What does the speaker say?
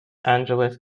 angeles